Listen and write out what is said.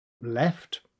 Left